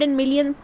million